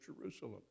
Jerusalem